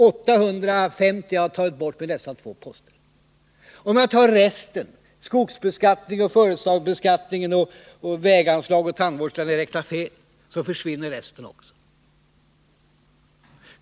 850 miljoner har jag tagit bort med de nu nämnda två posterna, och om jag tar med skogsbeskattningen, företagsbeskattningen, väganslaget och tandvården, där ni räknat fel, försvinner resten också.